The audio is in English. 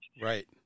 Right